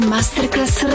Masterclass